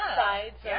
sides